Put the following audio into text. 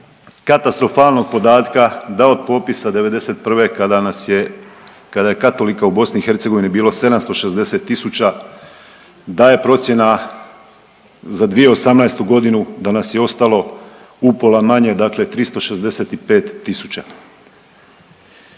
katastrofalnog podatka da od popisa '91. kada nas je, kada je katolika u BiH bilo 760 000, da je procjena za 2018. godinu, da nas je ostalo u pola manje. Dakle, 365000.